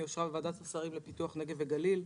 שאושרה בוועדת השרים לפיתוח הנגב והגליל.